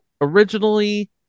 originally